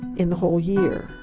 in the whole year.